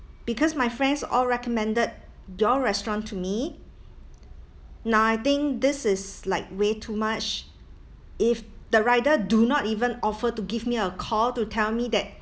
because my friends all recommended your restaurant to me now I think this is like way too much if the rider do not even offer to give me a call to tell me that